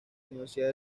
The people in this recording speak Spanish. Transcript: universidad